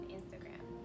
Instagram